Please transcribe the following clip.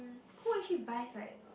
who will she buys right